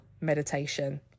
meditation